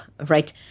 right